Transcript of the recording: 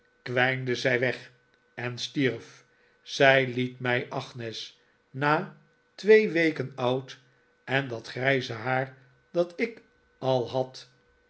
kwijnde zij weg en stierf zij liet mij agnes na twee weken oud en dat grijze haar dat ik al had